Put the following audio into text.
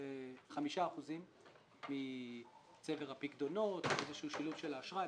5% מצבר הפיקדונות עם איזשהו שילוב של האשראי.